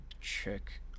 check